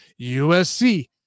USC